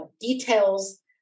details